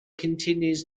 continues